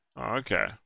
Okay